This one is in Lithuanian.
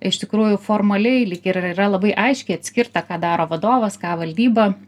iš tikrųjų formaliai lyg ir yra labai aiškiai atskirta ką daro vadovas ką valdyba